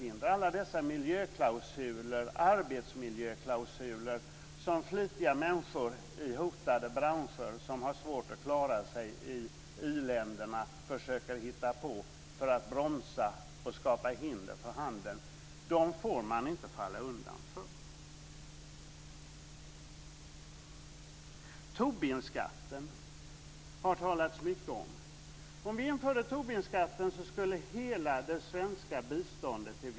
Det handlar om alla dessa miljöklausuler och arbetsmiljöklausuler som flitiga människor i hotade branscher som har svårt att klara sig i i-länderna försöker hitta på för att bromsa och skapa hinder för handeln. Dessa får man inte falla undan för. Det har talats mycket om Tobinskatten.